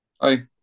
Hi